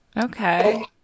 Okay